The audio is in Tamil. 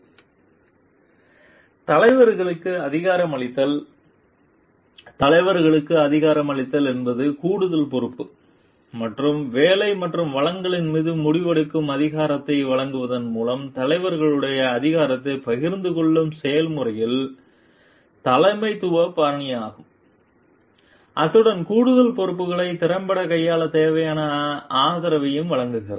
ஸ்லைடு நேரம் 1915 பார்க்கவும் தலைவர்களுக்கு அதிகாரமளித்தல் தலைவர்களுக்கு அதிகாரமளித்தல் என்பது கூடுதல் பொறுப்பு மற்றும் வேலை மற்றும் வளங்களின் மீது முடிவெடுக்கும் அதிகாரத்தை வழங்குவதன் மூலம் தலைவர்களுடன் அதிகாரத்தைப் பகிர்ந்து கொள்ளும் செயல்முறையில் தலைமைத்துவ பாணியாகும் அத்துடன் கூடுதல் பொறுப்புகளை திறம்பட கையாள தேவையான ஆதரவையும் வழங்குகிறது